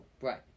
Right